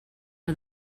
for